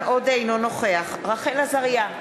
אינו נוכח רחל עזריה,